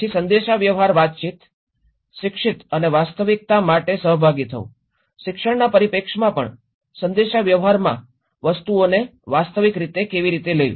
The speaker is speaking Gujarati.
પછી સંદેશાવ્યવહાર વાતચીત શિક્ષિત અને વાસ્તવિક માટે સહભાગી થવું શિક્ષણના પરિપ્રેક્ષ્યમાં પણ સંદેશાવ્યવહારમાં વસ્તુઓને વાસ્તવિક રીતે લેવી